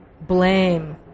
Blame